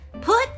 Put